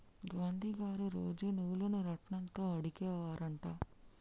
గాంధీ గారు రోజు నూలును రాట్నం తో వడికే వారు అంట